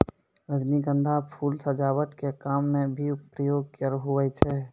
रजनीगंधा फूल सजावट के काम मे भी प्रयोग हुवै छै